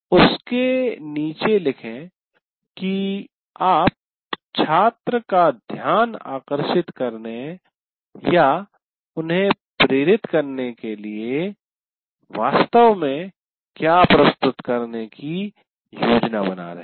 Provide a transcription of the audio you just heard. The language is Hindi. उसके नीचे लिखें कि आप छात्र का ध्यान आकर्षित करने या उन्हें प्रेरित करने के लिए वास्तव में क्या प्रस्तुत करने की योजना बना रहे हैं